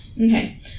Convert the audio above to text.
Okay